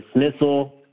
dismissal